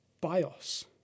bios